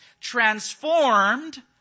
transformed